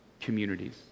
communities